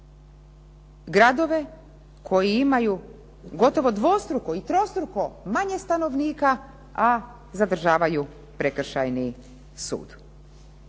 gradove koji imaju gotovo dvostruko i trostruko manje stanovnika, a zadržavaju prekršajni sud.